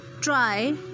try